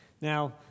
Now